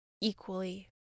equally